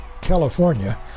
California